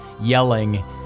yelling